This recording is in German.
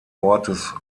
ortes